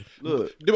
look